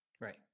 right